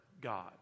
God